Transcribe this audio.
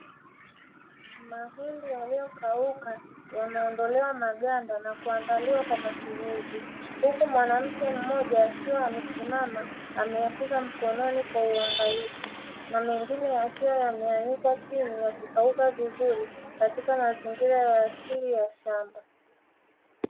Mahindi yaliyokayuka yameondolewa maganda na kuandaliwa kwa matumizi, huku mwanaume mmoja akiwa amesimama ameyashika mkononi kwa uangalifu, na mengine yakiwa yameanikwa chini yakiakuka vizuri katika mazingira asili ya shamba.